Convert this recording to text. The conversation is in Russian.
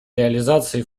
реализации